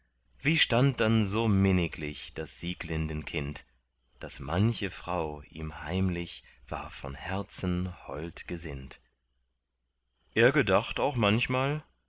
wie stand dann so minniglich das sieglindenkind daß manche frau ihm heimlich war von herzen hold gesinnt er gedacht auch manchmal